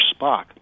Spock